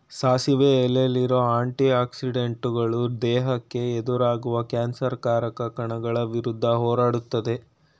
ಸಾಸಿವೆ ಎಲೆಲಿರೋ ಆಂಟಿ ಆಕ್ಸಿಡೆಂಟುಗಳು ದೇಹಕ್ಕೆ ಎದುರಾಗುವ ಕ್ಯಾನ್ಸರ್ ಕಾರಕ ಕಣಗಳ ವಿರುದ್ಧ ಹೋರಾಡ್ತದೆ